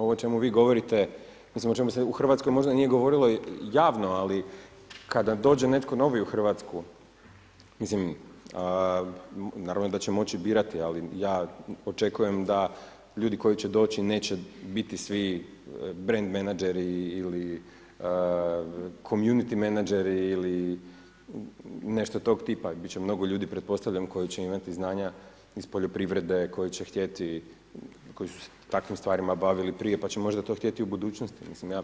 Ovo o čemu vi govorite, mislim o čemu se u Hrvatskoj možda nije govorilo javno, ali kada dođe netko novi u Hrvatsku, mislim naravno da će moći birati, ali ja očekujem da ljudi koji će doći neće biti svi brend menadžeri ili community menadžeri ili nešto tog tipa, bit će mnogo ljudi pretpostavljam koji će imati znanja iz poljoprivrede koji će htjeti koji su se takvim stvarima bavili prije pa će to možda htjeti u budućnosti pa sam ja